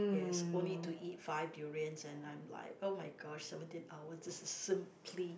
yes only to eat five durians and I'm like oh-my-god seventeen hour this is simply